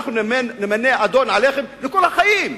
אנחנו נמנה אדון עליכם לכל החיים,